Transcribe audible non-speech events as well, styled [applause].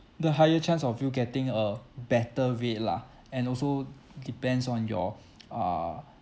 the higher chance of you getting a better rate lah and also depends on your [noise] uh